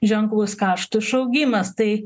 ženklus kaštų išaugimas tai